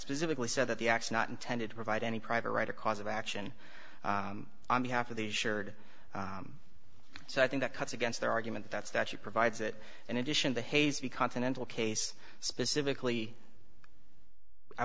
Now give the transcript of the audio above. specifically said that the acts not intended to provide any private right a cause of action on behalf of the shared so i think that cuts against their argument that statute provides it an addition to hazy continental case specifically i